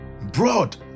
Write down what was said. Broad